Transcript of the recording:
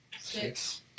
Six